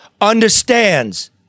understands